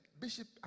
Bishop